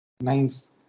nice